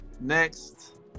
Next